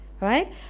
Right